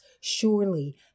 Surely